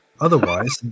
Otherwise